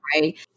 right